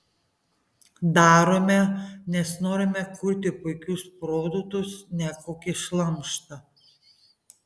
darome nes norime kurti puikius produktus ne kokį šlamštą